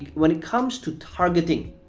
when it comes to targeting,